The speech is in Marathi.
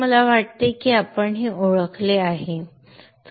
तर मला वाटते की आपण हे ओळखले आहे